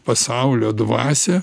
pasaulio dvasią